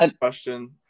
question